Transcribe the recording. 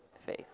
faith